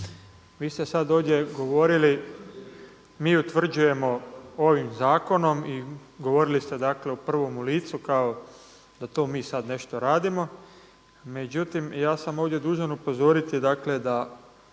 vi ste sad ovdje govorili mi utvrđujemo ovim zakonom i govorili ste dakle u prvom licu kao da mi to sad nešto radimo. Međutim, ja sam ovdje dužan upozoriti dakle da